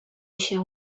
się